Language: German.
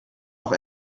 auch